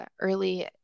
early